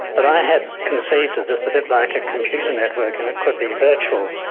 but i had conceived of this a bit like a computer network, and it could be virtual.